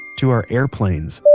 to our airplanes,